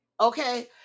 Okay